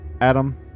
Adam